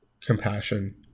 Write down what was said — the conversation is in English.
compassion